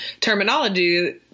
terminology